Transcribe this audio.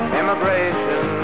immigration